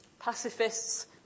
pacifists